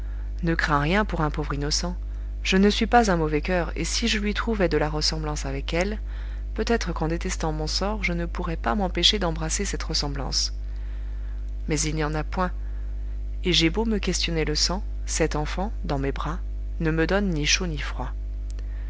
ne crains rien pour un pauvre innocent je ne suis pas un mauvais coeur et si je lui trouvais de la ressemblance avec elle peut-être qu'en détestant mon sort je ne pourrais pas m'empêcher d'embrasser cette ressemblance mais il n'y en a point et j'ai beau me questionner le sang cet enfant dans mes bras ne me donne ni chaud ni froid